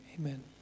Amen